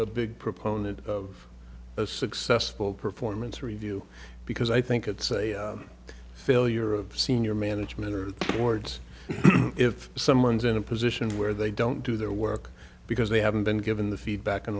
a big proponent of a successful performance review because i think it's a failure of senior management or boards if someone's in a position where they don't do their work because they haven't been given the feedback in